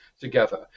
together